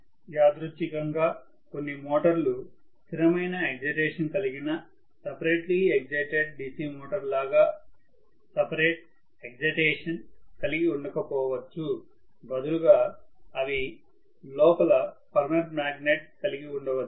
యాదృచ్చికంగా కొన్ని మోటర్లు స్థిరమైన ఎగ్జైటేషన్ కలిగిన separately excited DC motor లాగా సపరేట్ ఎగ్జైటేషన్ కలిగి ఉండకపోవచ్చు బదులుగా అవి లోపల పర్మనెంట్ మాగ్నెట్ కలిగి ఉండవచ్చు